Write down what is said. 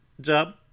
job